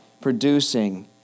producing